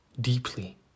deeply